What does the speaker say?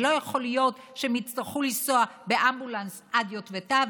ולא יכול להיות שהם יצטרכו לנסוע באמבולנס עד יטבתה,